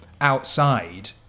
outside